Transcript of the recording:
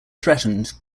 threatened